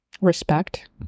Respect